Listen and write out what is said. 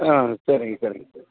ஆ சரிங்க சரிங்க சார்